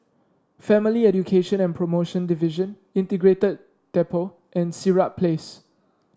Family Education and Promotion Division Integrated Depot and Sirat Place